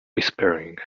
whispering